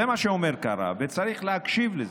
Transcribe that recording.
זה מה שאומר קארה, וצריך להקשיב לזה,